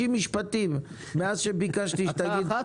משפטים מאז שביקשתי שתגיד משפט סיום.